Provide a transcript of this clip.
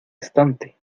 estante